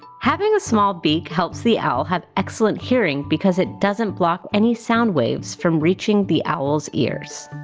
having a small beak helps the owl have excellent hearing because it doesn't block any soundwaves from reaching the owl's ears.